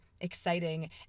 exciting